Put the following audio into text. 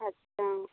अच्छा